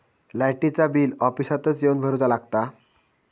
लाईटाचा बिल ऑफिसातच येवन भरुचा लागता?